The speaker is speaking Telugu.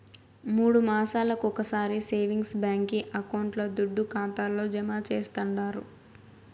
మూడు మాసాలొకొకసారి సేవింగ్స్ బాంకీ అకౌంట్ల దుడ్డు ఖాతాల్లో జమా చేస్తండారు